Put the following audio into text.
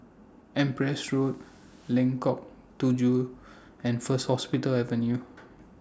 Empress Road Lengkong Tujuh and First Hospital Avenue